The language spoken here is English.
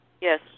Yes